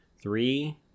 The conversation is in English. Three